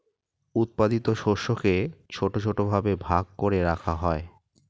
উৎপাদিত শস্যকে ছোট ছোট ভাবে ভাগ করে রাখা হয়